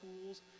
schools